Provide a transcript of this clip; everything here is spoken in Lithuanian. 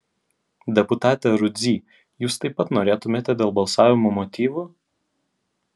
deputate rudzy jūs taip pat norėtumėte dėl balsavimo motyvų